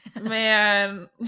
man